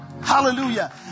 Hallelujah